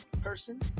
person